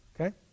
Okay